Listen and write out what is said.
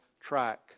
track